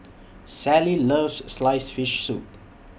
Sally loves Sliced Fish Soup